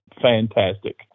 fantastic